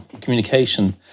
communication